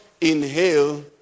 inhale